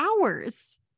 hours